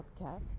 podcast